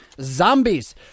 Zombies